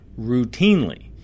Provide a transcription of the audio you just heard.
routinely